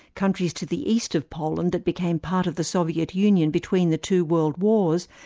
countries to the east of poland that became part of the soviet union between the two world wars,